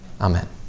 Amen